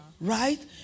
Right